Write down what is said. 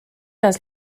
است